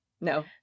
no